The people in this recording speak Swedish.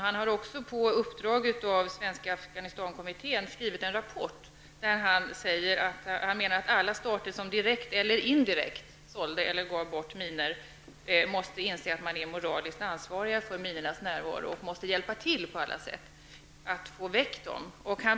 Han har också på uppdrag av Svenska Afghanistankommittén skrivit en rapport, där han säger att alla stater som direkt eller indirekt sålde eller gav bort minor måste inse att de är moraliskt ansvariga för minornas närvaro och därför måste hjälpa till på alla sätt att få bort dem.